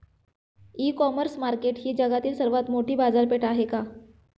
इ commerce market ही जगातील सर्वात मोठी बाजारपेठ आहे का?